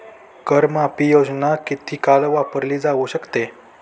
कर माफी योजना किती काळ वापरली जाऊ शकते?